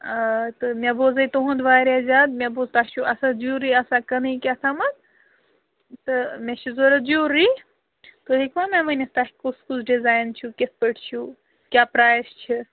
آ تہٕ مےٚ بوزَے تُہُنٛد واریاہ زیادٕ مےٚ بوٗز تۄہہِ چھُو آسان جیٛوٗلری آسان کٕنٕۍ کیٛاہتھامَتھ تہٕ مےٚ چھِ ضروٗرت جیٛوٗلری تُہۍ ہیٚکوا مےٚ ؤنِتھ تۄہہِ کُس کُس ڈِزاین چھُو کِتھٕ پٲٹھۍ چھُو کیٛاہ پرٛایس چھِ